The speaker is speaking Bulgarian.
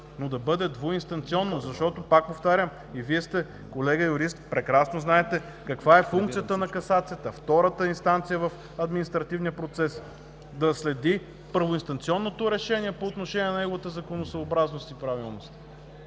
но да бъде двуинстанционно, защото, пак повтарям, и Вие сте колега юрист, прекрасно знаете каква е функцията на касацията – втората инстанция в административния процес, да следи първоинстанционното решение по отношение на неговата законосъобразност и правилност,